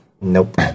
Nope